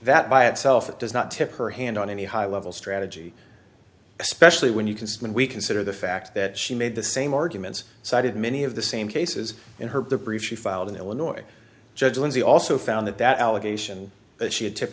that by itself does not tip her hand on any high level strategy especially when you can see when we consider the fact that she made the same arguments cited many of the same cases in her brief she filed in illinois judge lindsey also found that that allegation that she had tip